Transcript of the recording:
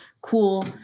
cool